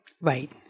Right